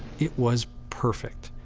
it was perfect.